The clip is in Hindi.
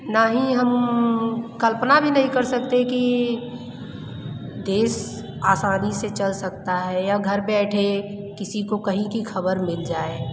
ना ही हम कल्पना भी नहीं कर सकते कि देश आसानी से चल सकता है या घर बैठे किसी को कहीं की ख़बर मिल जाए